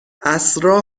عصرا